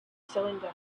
cylinder